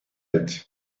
and